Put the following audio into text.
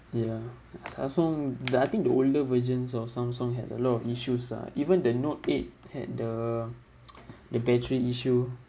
ya Samsung the I think the older versions of Samsung had a lot of issues lah even the note eight had the the battery issue